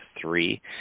three